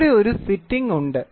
ഇവിടെ ഒരു ഫിറ്റിങ് ഉണ്ട്